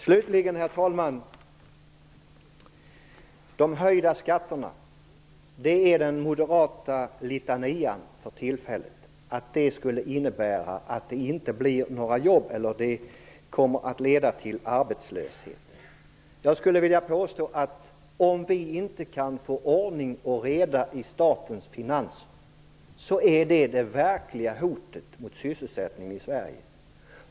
Slutligen, herr talman, gäller den moderata litanian för tillfället att skattehöjningarna kommer att leda till arbetslöshet. Jag vill påstå att om vi inte kan få ordning och reda i statens finanser, blir det det verkliga hotet mot sysselsättningen i Sverige.